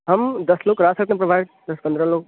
ہم دس لوگ کرا سکتے ہیں پرووائڈ دس پندرہ لوگ